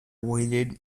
waited